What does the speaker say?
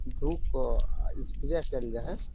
धूप आ स्प्रे कयल जाइ हइ